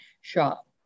shop